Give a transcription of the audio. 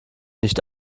nicht